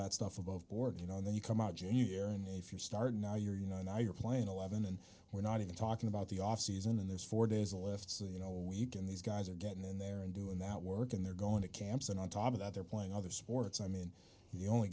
that stuff above board you know and then you come out junior year and if you're starting now you're you know now you're playing eleven and we're not even talking about the offseason and there's four days a list so you know we can these guys are getting in there and doing that work and they're going to camps and on top of that they're playing other sports i mean the only